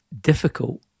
difficult